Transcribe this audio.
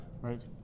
Right